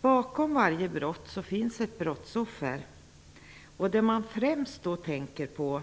Bakom varje brott finns det ett brottsoffer. Det man främst då tänker på